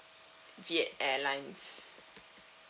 viet airlines